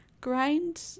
grind